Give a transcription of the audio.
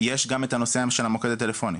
יש גם את הנושא של המוקד הטלפוני.